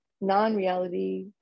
non-reality